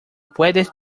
puedes